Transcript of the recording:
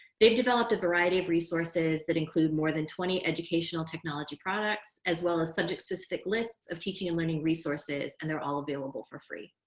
they've developed a variety of resources that include more than twenty educational technology products, as well as subject specific lists of teaching and learning resources. and they're all available for free.